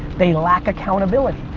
they lack accountability.